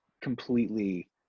completely